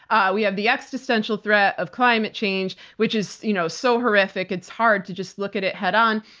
ah we have the existential threat of climate change, which is you know so horrific it's hard to just look at it head on.